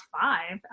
five